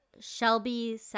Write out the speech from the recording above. Shelby